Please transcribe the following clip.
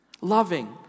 Loving